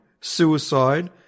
suicide